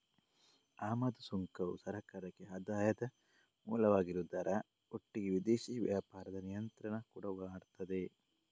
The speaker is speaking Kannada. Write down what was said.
ಆಮದು ಸುಂಕವು ಸರ್ಕಾರಕ್ಕೆ ಆದಾಯದ ಮೂಲವಾಗಿರುವುದರ ಒಟ್ಟಿಗೆ ವಿದೇಶಿ ವ್ಯಾಪಾರದ ನಿಯಂತ್ರಣ ಕೂಡಾ ಮಾಡ್ತದೆ